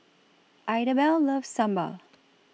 Idabelle loves Sambal